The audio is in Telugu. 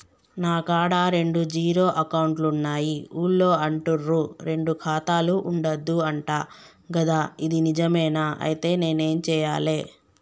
నా కాడా రెండు జీరో అకౌంట్లున్నాయి ఊళ్ళో అంటుర్రు రెండు ఖాతాలు ఉండద్దు అంట గదా ఇది నిజమేనా? ఐతే నేనేం చేయాలే?